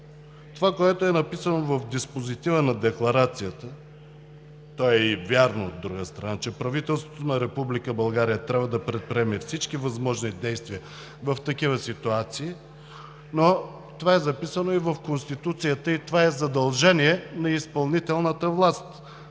това, което е написано в диспозитива на Декларацията, то е и вярно, от друга страна, че „правителството на Република България трябва да предприеме всички възможни действия“ в такива ситуации, но това е записано и в Конституцията, и това е задължение на изпълнителната власт